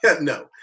No